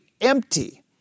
empty